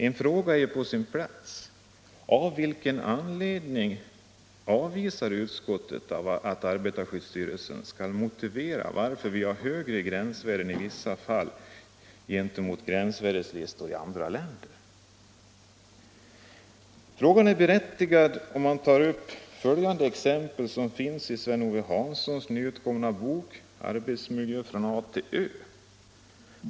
En fråga är på sin plats: Av vilken anledning avvisar utskottet att arbetarskyddsstyrelsen skall motivera varför vi har högre gränsvärden i vissa fall sett mot gränsvärdeslistor i andra länder? Frågan är berättigad om man tar följande exempel ur Sven-Ove Hanssons nyutkomna bok Arbetsmiljö från A till Ö.